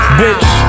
bitch